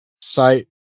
site